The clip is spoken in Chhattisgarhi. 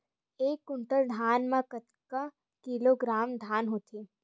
एक कुंटल धान में कतका किलोग्राम धान होथे?